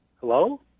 Hello